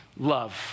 Love